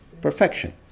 perfection